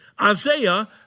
Isaiah